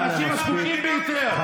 לאנשים הזקוקים ביותר נתנו,